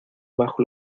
bajo